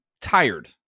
tired